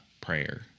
prayer